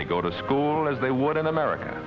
they go to school as they would in america